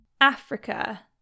Africa